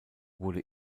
wurde